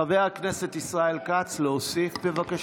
חבר הכנסת ישראל כץ, להוסיף, בבקשה.